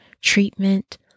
treatment